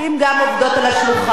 לשים גם עובדות על השולחן.